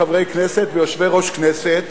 חברי הכנסת ויושב-ראש הכנסת,